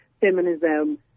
feminism